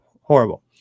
horrible